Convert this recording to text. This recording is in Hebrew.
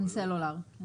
חברות סלולר ובזק.